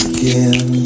Again